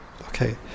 okay